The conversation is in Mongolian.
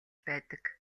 байдаг